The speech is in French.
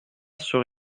sur